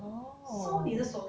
oh